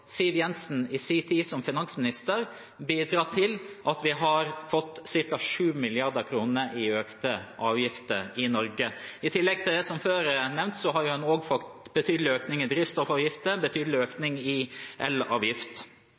Siv Jensen i sin tid som finansminister bidratt til at vi har fått ca. 7 mrd. kr i økte avgifter i Norge. I tillegg til det som før er nevnt, har vi også fått en betydelig økning av drivstoffavgiftene, en betydelig økning av elavgift. Nå sitter en i Moss og